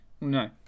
No